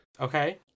Okay